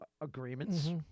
agreements